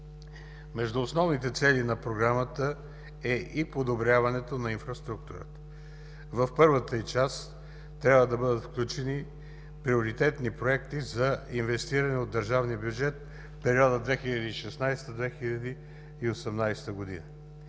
Между основните цели на Програмата е и подобряването на инфраструктурата. В първата й част трябва да бъдат включени приоритетни проекти за инвестиране от държавния бюджет в периода 2016 – 2018 г.